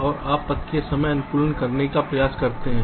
और आप पथ के समय का अनुकूलन करने का प्रयास करते हैं